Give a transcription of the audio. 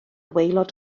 waelod